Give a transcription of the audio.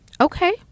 Okay